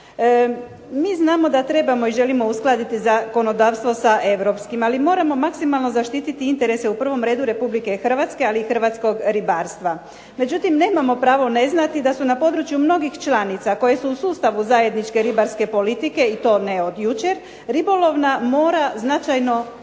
Mi znamo da trebamo i želimo uskladiti zakonodavstvo sa Europskim, ali moramo maksimalno zaštititi interese u prvom redu Republike Hrvatske, ali i hrvatskog ribarstva. Međutim, nemamo pravo ne znati da su na području mnogih članica koje su u sustavu zajedničke ribarske politike i to ne od jučer ribolovna mora značajno